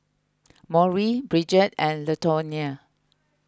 Maury Bridgett and Latonya